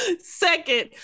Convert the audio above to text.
second